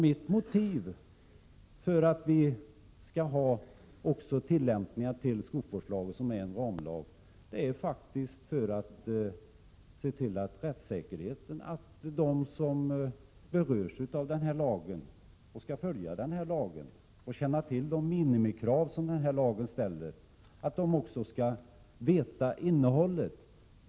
Mitt motiv för att vi skall ha tillämpningsföreskrifter till skogsvårdslagen, som är en ramlag, är faktiskt omsorg om rättssäkerheten. De som skall följa lagen och känna till de minimikrav som lagen ställer skall veta vad lagen innehåller.